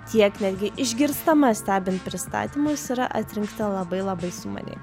tiek netgi išgirstama stebint pristatymus yra atrinkta labai labai sumaniai